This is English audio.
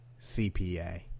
CPA